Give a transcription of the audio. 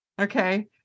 Okay